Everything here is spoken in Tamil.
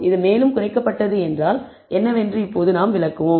இது மேலும் குறைக்கப்பட்டது என்றால் என்னவென்று இப்போது நாம் விளக்குவோம்